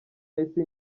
yahise